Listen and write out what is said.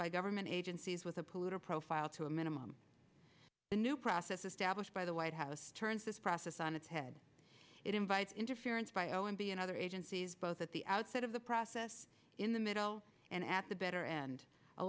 by government agencies with a polluter profile to a minimum the new process established by the white house turns this process on its head it invites interference by o m b and other agencies both at the outset of the process in the middle and at the better end a